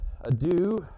adieu